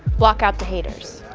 block out the haters.